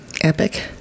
Epic